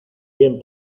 bien